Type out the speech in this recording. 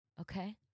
Okay